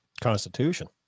Constitution